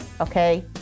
okay